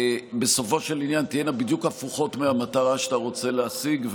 בסופו של דבר תהיינה בדיוק הפוכות מהמטרה שאתה רוצה להשיג,